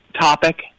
topic